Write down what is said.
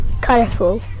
colourful